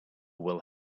will